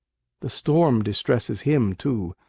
the storm distresses him too.